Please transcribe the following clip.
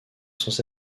sans